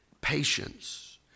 patience